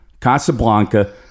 Casablanca